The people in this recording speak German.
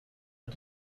mit